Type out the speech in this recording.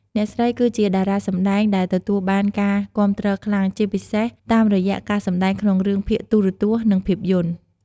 អ្នកស្រីគឺជាតារាសម្តែងដែលទទួលបានការគាំទ្រខ្លាំង ជាពិសេសតាមរយៈការសម្តែងក្នុងរឿងភាគទូរទស្សន៍ និងភាពយន្ត។